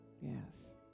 Yes